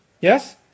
Yes